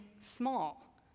small